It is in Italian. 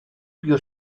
più